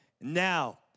Now